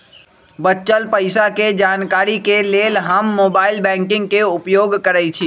बच्चल पइसा के जानकारी के लेल हम मोबाइल बैंकिंग के उपयोग करइछि